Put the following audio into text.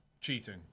Cheating